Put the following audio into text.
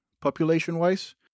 population-wise